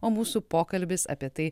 o mūsų pokalbis apie tai